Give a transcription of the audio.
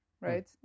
right